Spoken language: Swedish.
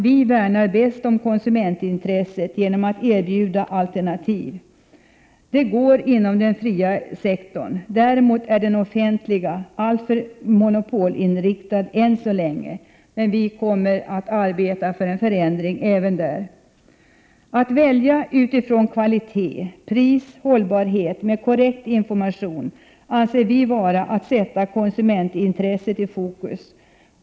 Vi värnar bäst om konsumentintresset genom att erbjuda alternativ. Det går inom den fria sektorn; däremot är den offentliga än så länge alltför monopolinriktad. Vi kommer att agera för en förändring även där. Att låta konsumenten välja vara utifrån kvalitet, pris, hållbarhet med korrekt information anser vi vara att sätta konsumentintresset i fokus.